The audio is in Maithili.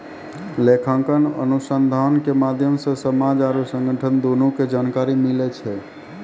लेखांकन अनुसन्धान के माध्यम से समाज आरु संगठन दुनू के जानकारी मिलै छै